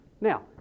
Now